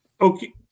Okay